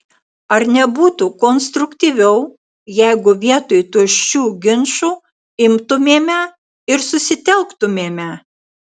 ar nebūtų konstruktyviau jeigu vietoj tuščių ginčų imtumėme ir susitelktumėme